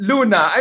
Luna